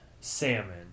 salmon